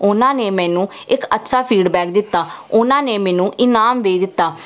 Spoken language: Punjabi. ਉਹਨਾਂ ਨੇ ਮੈਨੂੰ ਇੱਕ ਅੱਛਾ ਫੀਡਬੈਕ ਦਿੱਤਾ ਉਹਨਾਂ ਨੇ ਮੈਨੂੰ ਇਨਾਮ ਵੀ ਦਿੱਤਾ